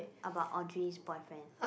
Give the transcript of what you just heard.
about Audrey's boyfriend